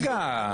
רגע.